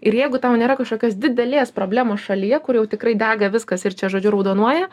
ir jeigu tau nėra kažkokios didelės problemos šalyje kur jau tikrai dega viskas ir čia žodžiu raudonuoja